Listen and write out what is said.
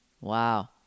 Wow